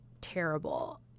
terrible